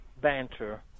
banter